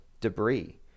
Debris